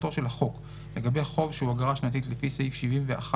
תחילתו של החוק לגבי חוב שהוא אגרה שנתית לפי סעיף 71(1)